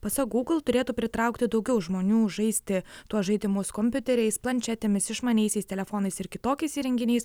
pasak google turėtų pritraukti daugiau žmonių žaisti tuos žaidimus kompiuteriais planšetėmis išmaniaisiais telefonais ir kitokiais įrenginiais